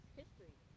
history